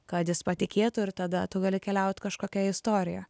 kad jis patikėtų ir tada tu gali keliaut kažkokia istorija